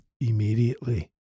immediately